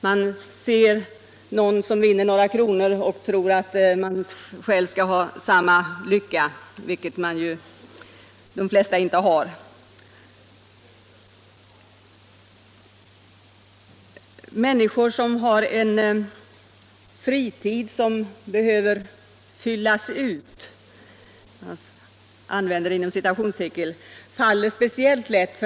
Man ser någon som vinner några kronor och tror att man själv skall ha samma lycka, vilket ju de flesta inte har. Människor med en fritid som behöver ”fyllas ut” faller speciellt lätt.